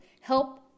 help